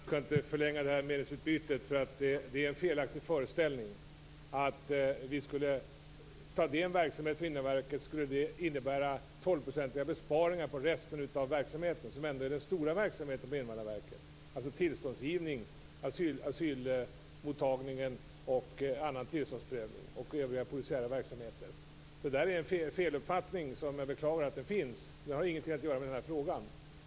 Fru talman! Jag skall inte förlänga det här meningsutbytet. Det är en felaktig föreställning att det skulle innebära 12-procentiga besparingar på resten av verksamheten att ta bort verksamhet från Invandrarverket. Det är ju resten som är den stora verksamheten på Invandrarverket, dvs. tillståndsgivning, asylmottagning och annan tillståndsprövning samt övriga polisiära verksamheter. Det här är en feluppfattning som jag beklagar att den finns. Den har inget att göra med den här frågan.